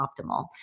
optimal